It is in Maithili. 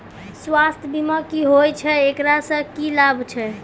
स्वास्थ्य बीमा की होय छै, एकरा से की लाभ छै?